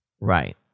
Right